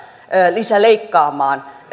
lisäleikkaamaan